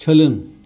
सोलों